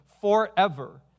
forever